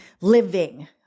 living